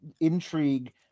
intrigue